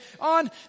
on